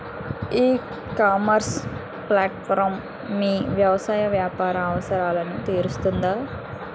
ఈ ecommerce platform మీ వ్యవసాయ వ్యాపార అవసరాలను తీరుస్తుందా?